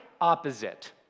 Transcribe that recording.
opposite